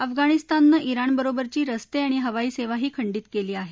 अफगाणिस्ताननं िंगणबरोबरची रस्ते आणि हवाईसेवाही खंडित केली आहे